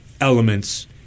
elements